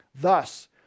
Thus